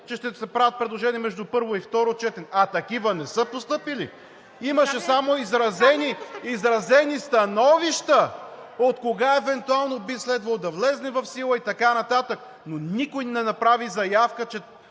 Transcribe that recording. че ще се правят предложения между първо и второ четене, а такива не са постъпили. Имаше само изразени становища откога евентуално би следвало да влезе в сила и така нататък, но никой не направи заявка, че